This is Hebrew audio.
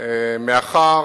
מאחר